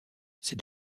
ces